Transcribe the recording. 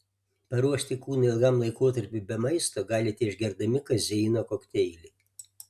paruošti kūną ilgam laikotarpiui be maisto galite išgerdami kazeino kokteilį